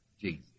Jesus